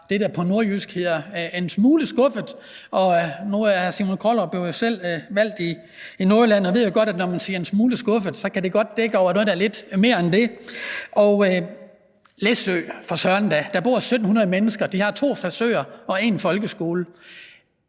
det, der på nordjysk hedder en smule skuffet. Nu er erhvervsministeren jo selv valgt i Nordjylland og ved godt, at når man siger »en smule skuffet«, så kan det godt dække over noget, der er lidt mere end det. Altså, der bor 1.700 mennesker på Læsø, og de har to frisører og en folkeskole.